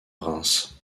reims